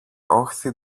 όχθη